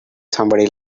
somebody